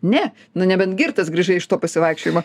ne nu nebent girtas grįžai iš to pasivaikščiojimo